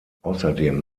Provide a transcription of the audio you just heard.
außerdem